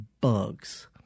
bugs